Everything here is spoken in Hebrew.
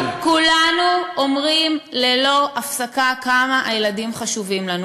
אנחנו כולנו אומרים ללא הפסקה כמה הילדים חשובים לנו.